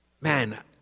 Man